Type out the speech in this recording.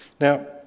Now